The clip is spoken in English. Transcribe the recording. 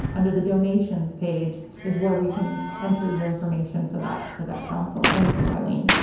under the donations page is where we can enter your information for that for that council. thank you, eileen.